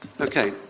Okay